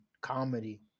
comedy